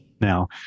Now